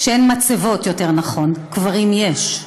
אין מצבות, יותר נכון, קברים יש.